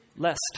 Lest